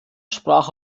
sprach